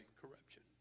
corruption